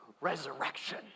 resurrection